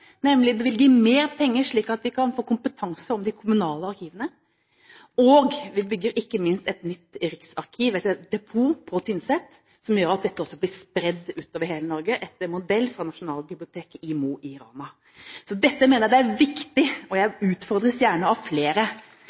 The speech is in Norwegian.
nemlig bevilger mer penger, slik at vi kan få kompetanse om de kommunale arkivene. Vi bygger ikke minst et nytt riksarkiv – et sentraldepot på Tynset, som viser at dette også er spredd utover hele Norge etter modell fra Nasjonalbiblioteket i Mo i Rana. Dette mener jeg er viktig, og jeg utfordres gjerne av flere